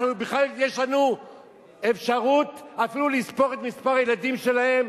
בכלל יש לנו אפשרות אפילו לספור את מספר הילדים שלהם?